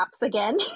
again